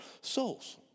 souls